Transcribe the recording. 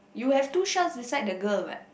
you have two shells beside the girl what